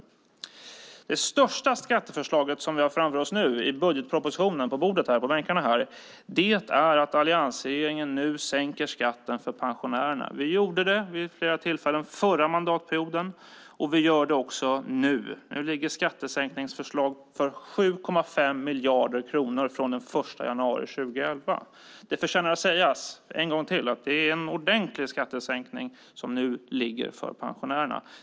Det största skatteförslaget i budgetpropositionen är att alliansregeringen sänker skatten för pensionärerna. Vi gjorde det vid flera tillfällen under förra mandatperioden, och vi gör det också nu. Nu föreligger ett skattesänkningsförslag på 7,5 miljarder kronor från den 1 januari 2011. Det förtjänar att sägas ännu en gång att det är en ordentlig skattesänkning för pensionärerna som föreligger.